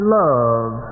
love